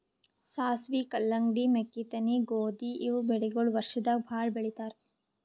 ಸಾಸ್ವಿ, ಕಲ್ಲಂಗಡಿ, ಮೆಕ್ಕಿತೆನಿ, ಗೋಧಿ ಇವ್ ಬೆಳಿಗೊಳ್ ವರ್ಷದಾಗ್ ಭಾಳ್ ಬೆಳಿತಾರ್